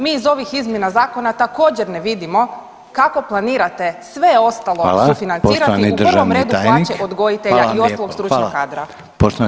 Mi iz ovih izmjena zakona također ne vidimo kako planirate sve ostalo [[Upadica: Hvala, poštovani državni tajnik.]] sufinancirati u prvom redu plaće odgojitelja i ostalog [[Upadica: Hvala vam lijepo, hvala.]] stručnog kadra.